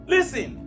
Listen